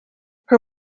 her